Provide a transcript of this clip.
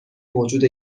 موجود